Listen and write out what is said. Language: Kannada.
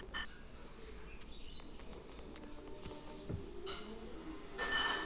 ಜೇನುಹುಳಗಳ ಸುಮಪು ಅತ್ವಾ ಸಮೂಹಕ್ಕ ಸ್ವಾರ್ಮಿಂಗ್ ಅಂತ ಕರೇತಾರ